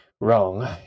wrong